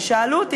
ששאלו אותי,